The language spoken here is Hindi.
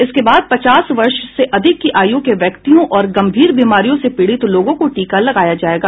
इसके बाद पचास वर्ष से अधिक की आयु के व्यक्तियों और गंभीर बीमारियों से पीड़ित लोगों को टीका लगाया जाएगा